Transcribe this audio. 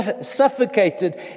suffocated